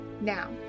Now